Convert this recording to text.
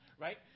right